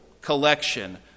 collection